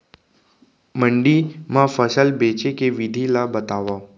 मंडी मा फसल बेचे के विधि ला बतावव?